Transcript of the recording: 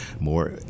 more